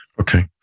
Okay